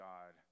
God